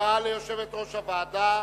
תודה ליושבת-ראש הוועדה.